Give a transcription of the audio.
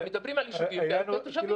אבל מדברים על יישובים --- תושבים.